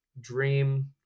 dream